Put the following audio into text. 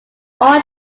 all